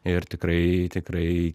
ir tikrai tikrai